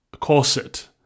corset